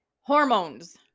Hormones